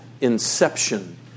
Inception